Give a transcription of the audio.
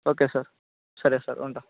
okay sir సరే sir ఉంటా